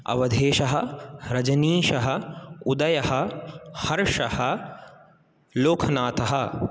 अवधेशः रजनीशः उदयः हर्षः लोकनाथः